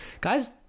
Guys